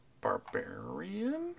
barbarian